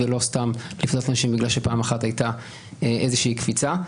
ולא סתם לפנות לאנשים כי פעם אחת היתה איזושהי קפיצה.